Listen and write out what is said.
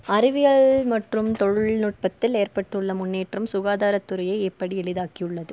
அறிவியல் மற்றும் தொழில்நுட்பத்தில் ஏற்பட்டுள்ள முன்னேற்றம் சுகாதார துறையை எப்படி எளிதாக்கி உள்ளது